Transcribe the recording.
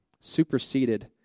superseded